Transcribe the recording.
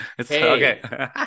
Okay